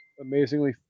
amazingly